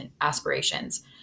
aspirations